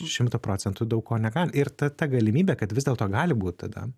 šimto procentų daug ko negali ir ta ta galimybė kad vis dėlto gali būt tada